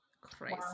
Crazy